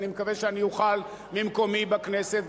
ואני מקווה שאני אוכל ממקומי בכנסת,